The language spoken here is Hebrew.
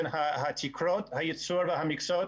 בהינתן תקרות הייצור והמכסות.